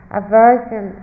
aversion